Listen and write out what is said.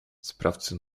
sprawcy